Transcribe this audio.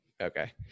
Okay